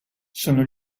solo